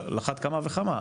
על אחת כמה וכמה.